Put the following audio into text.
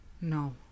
no